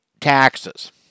taxes